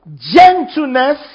gentleness